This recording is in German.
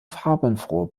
farbenfrohe